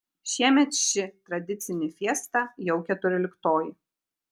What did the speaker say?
šiemet ši tradicinį fiesta jau keturioliktoji